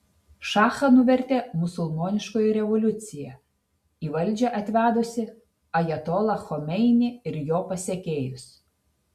šachą nuvertė musulmoniškoji revoliucija į valdžią atvedusi ajatolą chomeinį ir jo pasekėjus